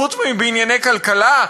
חוץ מבענייני כלכלה,